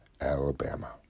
Alabama